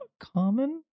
common